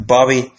Bobby